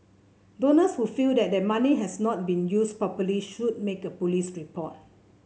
donors who feel that their money has not been used properly should make a police report